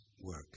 work